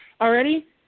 already